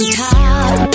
top